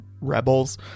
rebels